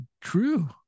true